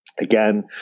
again